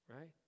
Right